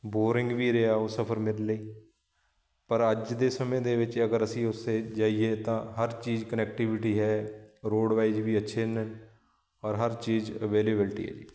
boring ਵੀ ਰਿਹਾ ਉਹ ਸਫ਼ਰ ਮੇਰੇ ਲਈ ਪਰ ਅੱਜ ਦੇ ਸਮੇਂ ਦੇ ਵਿੱਚ ਅਗਰ ਅਸੀਂ ਉਸੇ ਜਾਈਏ ਤਾਂ ਹਰ ਚੀਜ਼ ਕਨੈਕਟੀਵਿਟੀ ਹੈ ਰੋਡ ਵਾਈਜ਼ ਵੀ ਅੱਛੇ ਨੇ ਔਰ ਹਰ ਚੀਜ਼ ਅਵੇਲੇਬਿਲਟੀ ਹੈ ਜੀ